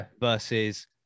versus